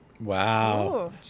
Wow